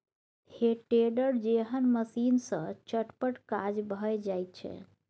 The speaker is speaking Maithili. हे टेडर जेहन मशीन सँ चटपट काज भए जाइत छै